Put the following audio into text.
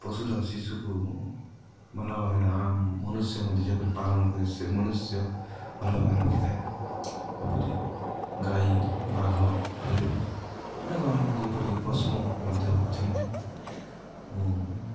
ପଶୁର ଶିଶୁକୁ ଭଲ ଭାବରେ ମନୁଷ୍ୟ ମଧ୍ୟ ଯେପରି ପାଳନ କରେ ସେ ମନୁଷ୍ୟ ଭଲ ଭାବରେ ରଖିଥାଏ ଯେପରି ଗାଈ ବାଘ ଫାଲୁ ଅନେକ ଅନେକ ଯେପରି ପଶୁ ମଧ୍ୟ ଅଛନ୍ତି ଓ